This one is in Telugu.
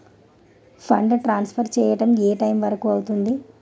ఫండ్ ట్రాన్సఫర్ చేయడం ఏ టైం వరుకు అవుతుంది?